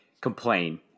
complain